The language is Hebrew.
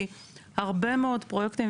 כי הרבה מאוד פרויקטים,